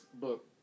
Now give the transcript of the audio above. book